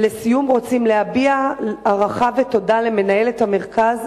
ולסיום רוצים להביע הערכה ותודה למנהלת המרכז,